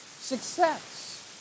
success